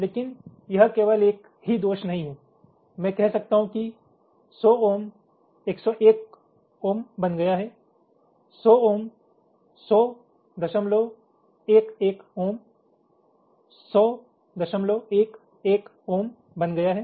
लेकिन यह केवल एक ही दोष नहीं है मैं कह सकता हूं कि 100ओम 101ओम बन गया हैं 100ओम 10011ओम 100111ओम बन गया है